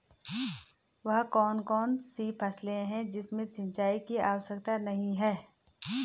वह कौन कौन सी फसलें हैं जिनमें सिंचाई की आवश्यकता नहीं है?